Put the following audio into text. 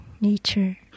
nature